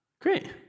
Great